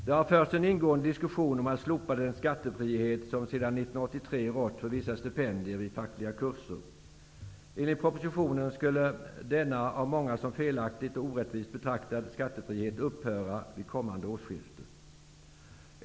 Det har förts en ingående diskussion om att slopa den skattefrihet som sedan 1983 rått för vissa stipendier i fackliga kurser. Enligt propositionen skulle denna skattefrihet, som många upplever som felaktig och orättvis, upphöra vid kommande årsskifte.